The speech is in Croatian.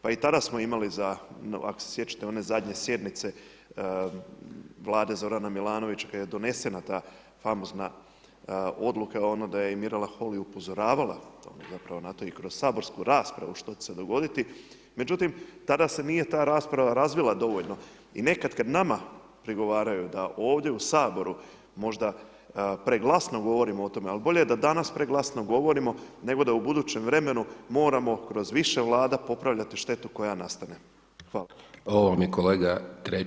Pa i tada smo imali za, ako se sjećate one zadnje sjednice Vlade Zorana Milanovića kad je donesena ta famozna Odluka, ono da je i Mirela Holly upozoravala napravo na to i kroz saborsku raspravu što će se dogoditi, međutim tada se nije ta rasprava razvila dovoljno, i nekad kad nama prigovaraju da ovdje u Saboru možda preglasno govorimo o tome, al bolje da danas preglasno govorimo nego da u budućem vremenu moramo kroz više Vlada popravljati štetu koja nastane.